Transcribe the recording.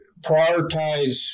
prioritize